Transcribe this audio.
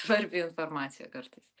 svarbi informacija kartais